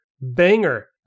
Banger